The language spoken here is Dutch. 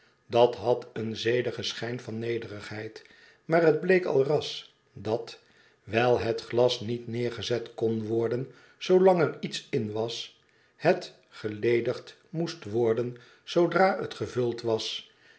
dat had een zedigen schijn van nederigheid maar het bleek al ras dat wijl het glas niet neergezet kon worden zoolang er iets in was het geledigd moest worden zoodra het gevuld was